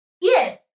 Yes